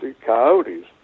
coyotes